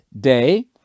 day